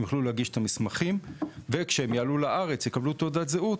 הם יוכלו להגיש את המסמכים וכשיעלו לארץ ויקבלו תעודת זהות